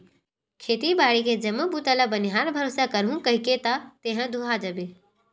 खेती बाड़ी के जम्मो बूता ल बनिहार भरोसा कराहूँ कहिके त तेहा दूहा जाबे